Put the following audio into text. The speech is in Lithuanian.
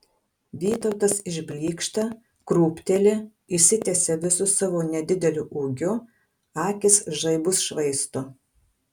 vytautas išblykšta krūpteli išsitiesia visu savo nedideliu ūgiu akys žaibus švaisto